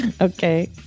Okay